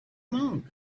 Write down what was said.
monk